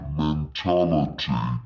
mentality